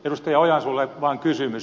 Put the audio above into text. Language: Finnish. ojansuulle vaan kysymys